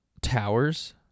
towers